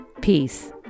Peace